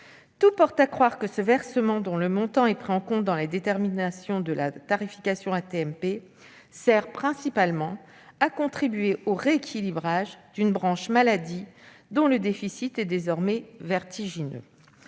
Tout porte à croire que ce versement, dont le montant est pris en compte dans la détermination de la tarification AT-MP, sert principalement au rééquilibrage d'une branche maladie dont le déficit est désormais vertigineux.